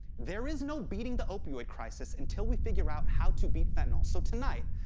there is no beating the opioid crisis until we figure out how to beat fentanyl. so tonight,